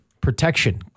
protection